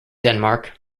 denmark